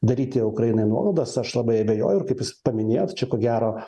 daryti ukrainai nuolaidas aš labai abejoju kaip jūs paminėjot čia ko gero